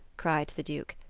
cried the duke.